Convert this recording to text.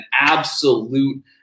absolute